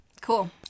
Cool